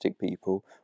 people